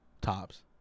Tops